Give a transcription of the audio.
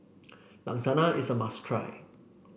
Lasagne is a must try